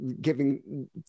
giving